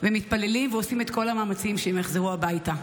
ומתפללים ועושים את כל המאמצים שהם יחזרו הביתה.